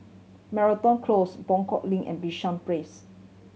Moreton Close Buangkok Link and Bishan Place